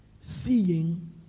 Seeing